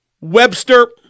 Webster